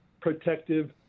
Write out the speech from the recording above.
protective